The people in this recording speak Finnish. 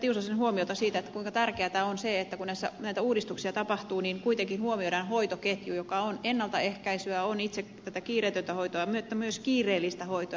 tiusasen huomiota siitä kuinka tärkeätä on se että kun näitä uudistuksia tapahtuu niin kuitenkin huomioidaan hoitoketju joka on ennaltaehkäisyä on itse tätä kiireetöntä hoitoa mutta myös kiireellistä hoitoa